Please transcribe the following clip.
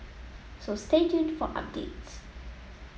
so stay tuned for updates